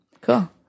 Cool